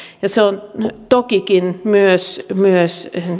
ja se on tokikin myös myös